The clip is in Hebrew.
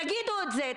תגידו את זה,